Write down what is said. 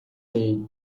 day